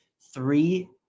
three